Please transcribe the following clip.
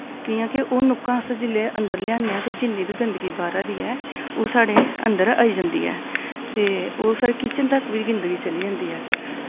कि'यां कि ओह् नुक्कां अस जिल्लै अंदर लेआने आं ते जिन्नी बी गंदगी बाह्रा दी ऐ ओह् साढ़े अंदर आई जन्दी ऐ ते ओह् साढ़ी किचन तक बी गंदगी चली जंदी ऐ